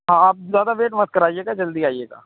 ہاں آپ زیادہ ویٹ مت کرائیے گا جلدی آئیے گا